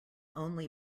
only